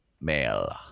mail